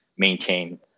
maintain